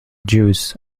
juice